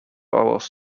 hours